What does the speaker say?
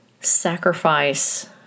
sacrifice